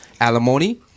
alimony